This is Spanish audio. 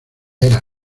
era